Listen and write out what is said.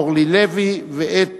אורלי לוי ואת